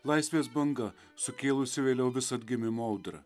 laisvės banga sukėlusi vėliau visą atgimimo audrą